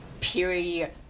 period